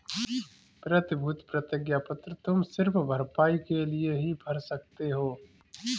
प्रतिभूति प्रतिज्ञा पत्र तुम सिर्फ भरपाई के लिए ही भर सकते हो